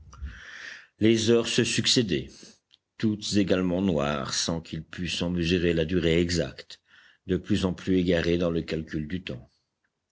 les heures se succédaient toutes également noires sans qu'ils pussent en mesurer la durée exacte de plus en plus égarés dans le calcul du temps